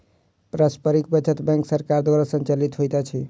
पारस्परिक बचत बैंक सरकार द्वारा संचालित होइत अछि